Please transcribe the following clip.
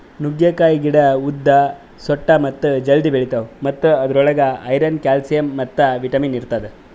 ನುಗ್ಗೆಕಾಯಿ ಗಿಡ ಉದ್ದ, ಸೊಟ್ಟ ಮತ್ತ ಜಲ್ದಿ ಬೆಳಿತಾವ್ ಮತ್ತ ಅದುರ್ ಒಳಗ್ ಐರನ್, ಕ್ಯಾಲ್ಸಿಯಂ ಮತ್ತ ವಿಟ್ಯಮಿನ್ ಇರ್ತದ